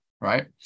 right